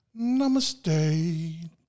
Namaste